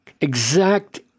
exact